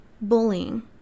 Bullying